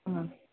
ആ